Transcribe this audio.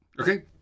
Okay